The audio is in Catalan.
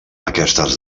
aquestes